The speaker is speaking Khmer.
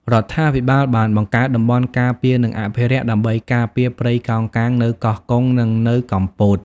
រដ្ឋាភិបាលបានបង្កើតតំបន់ការពារនិងអភិរក្សដើម្បីការពារព្រៃកោងកាងនៅកោះកុងនិងនៅកំពត។